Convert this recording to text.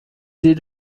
sie